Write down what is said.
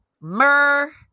myrrh